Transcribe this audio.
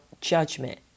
judgment